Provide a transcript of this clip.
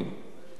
ואני אומר,